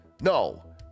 No